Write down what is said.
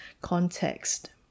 context